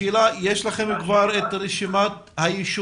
השאלה אם יש לכם כבר את רשימת הישובים